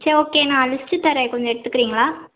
சேரி ஓகே நான் லிஸ்ட்டு தர்றேன் கொஞ்சம் எடுத்துக்கிறீங்களா